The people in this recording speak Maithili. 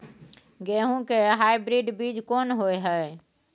गेहूं के हाइब्रिड बीज कोन होय है?